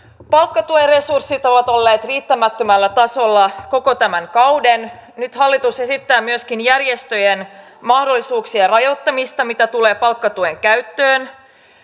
palkkatuen resurssit ovat olleet riittämättömällä tasolla koko tämän kauden nyt hallitus esittää myöskin järjestöjen mahdollisuuksien rajoittamista mitä tulee palkkatuen käyttöön